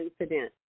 incident